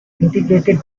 integrated